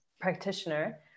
practitioner